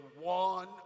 one